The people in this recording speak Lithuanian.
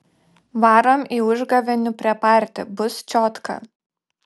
varom į užgavėnių prepartį bus čiotka